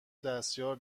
دستیار